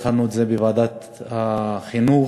התחלנו אותו בוועדת החינוך,